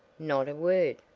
not a word,